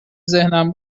ذهنم